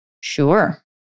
Sure